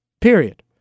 Period